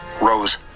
rose